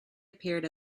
appeared